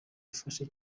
yafashe